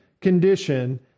condition